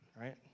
right